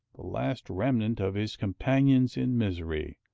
the last remnant of his companions in misery,